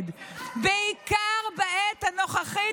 בעיקר בעת הנוכחית,